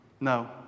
no